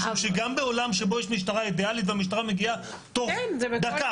משום שגם בעולם שבו יש משטרה אידיאלית והמשטרה מגיעה תוך דקה,